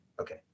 Okay